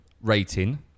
rating